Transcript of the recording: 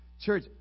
church